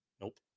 Nope